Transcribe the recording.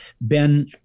Ben